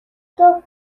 tough